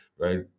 right